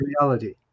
reality